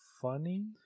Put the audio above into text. funny